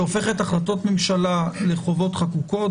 שהופכת החלטות ממשלה לחובות חקוקות.